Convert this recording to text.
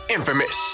Infamous